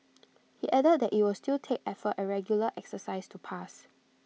he added that IT will still take effort and regular exercise to pass